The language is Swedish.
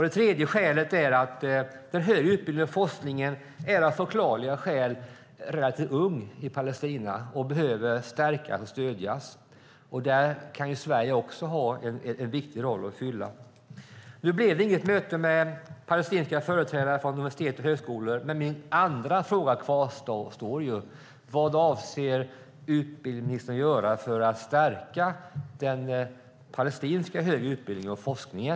Det tredje skälet är att den högre utbildningen och forskningen av förklarliga anledningar är relativt ung i Palestina och behöver stärkas och stödjas. Där har Sverige en viktig roll att fylla. Nu blev det inget möte med palestinska företrädare från universitet och högskolor, men min andra fråga kvarstår: Vad avser utbildningsministern att göra för att stärka den palestinska högre utbildningen och forskningen?